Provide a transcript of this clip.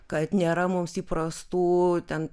kad nėra mums įprastų ten